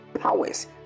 powers